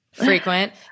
Frequent